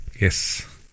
Yes